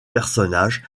personnage